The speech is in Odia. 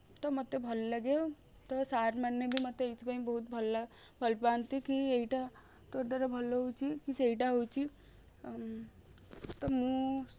ତ ମତେ ଭଲ ଲାଗେ ତ ସାର୍ ମାନେ ବି ମତେ ଏଇଥିପାଇଁ ବହୁତ ଭଲ ଭଲ ପାଆନ୍ତି କି ଏଇଟା ତୋ ଦ୍ବାରା ଭଲ ହଉଛି କି ସେଇଟା ହଉଛି ତ ମୁଁ